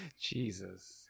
Jesus